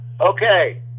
Okay